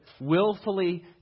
willfully